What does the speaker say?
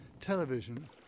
television